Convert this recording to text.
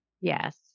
Yes